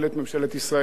רק תחת לחץ,